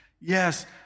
Yes